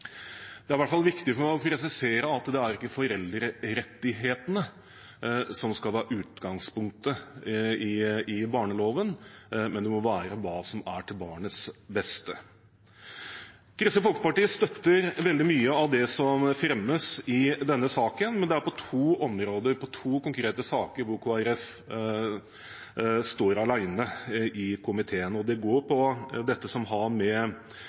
Det er i hvert fall viktig for meg å presisere at det er ikke foreldrerettighetene som skal være utgangspunktet i barneloven, men hva som er til barnets beste. Kristelig Folkeparti støtter veldig mye av det som fremmes i denne saken, men på to områder, i to konkrete saker, står Kristelig Folkeparti alene i komiteen. Det går på det som har med likestilt foreldreskap å gjøre, og det går på det som